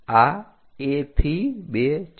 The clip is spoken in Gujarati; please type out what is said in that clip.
આ A થી 2 છે